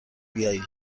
بیایید